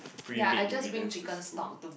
pre made ingredients to school